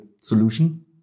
solution